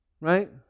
Right